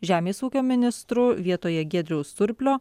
žemės ūkio ministru vietoje giedriaus surplio